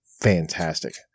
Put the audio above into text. fantastic